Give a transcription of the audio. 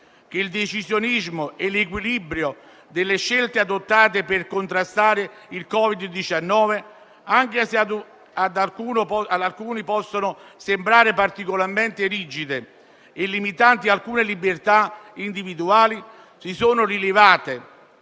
il decisionismo e l'equilibrio delle scelte adottate per contrastare il Covid-19. Anche se ad alcuni possono sembrare particolarmente rigide e limitanti alcune libertà individuali, tali scelte,